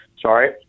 sorry